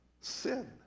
sin